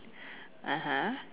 (uh huh)